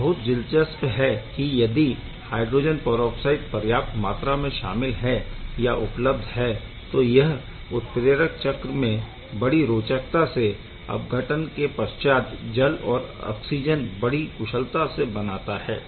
यह बहुत दिलचस्प है की यदि हायड्रोजन परऑक्साइड पर्याप्त मात्र में शामिल है या उपलब्ध है तो यह उत्प्रेरक चक्र में बड़ी रोचकता से अपघटन के पश्चात जल और ऑक्सिजन बड़ी कुशलता से बनाता है